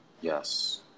yes